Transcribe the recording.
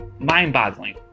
mind-boggling